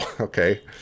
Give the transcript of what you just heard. Okay